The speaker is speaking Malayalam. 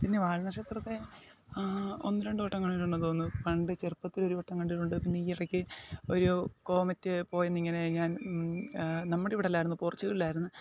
പിന്നേ വാൽനക്ഷത്രത്തെ ഒന്ന് രണ്ട് വട്ടം കണ്ടിട്ടുണ്ടെന്ന് തോന്നുന്നു പണ്ട് ചെറുപ്പത്തിൽ ഒരു വട്ടം കണ്ടിട്ടുണ്ട് പിന്ന ഇടയ്ക്ക് ഒരു കോമെറ്റ് പോയെന്ന് ഇങ്ങനെ ഞാൻ നമ്മളെ ഇവിടെ അല്ലായിരുന്നു പോർച്ചുഗൽ ആയിരുന്നു